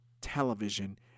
television